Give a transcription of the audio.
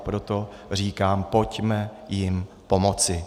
Proto říkám, pojďme jim pomoci.